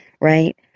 right